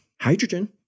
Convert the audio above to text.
hydrogen